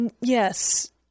Yes